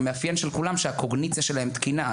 המאפיין של כולם שהקוגניציה שלהם תקינה,